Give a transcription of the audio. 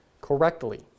correctly